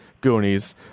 Goonies